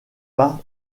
pas